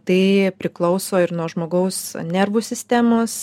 tai priklauso ir nuo žmogaus nervų sistemos